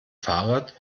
fahrrad